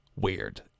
weird